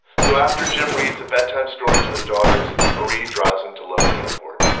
so after jim reads a bedtime story to his daughters, marie drives him to logan airport.